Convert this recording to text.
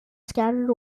scattered